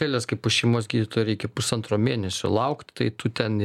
eilės kai pas šeimos gydytoją reikia pusantro mėnesio laukt tai tu ten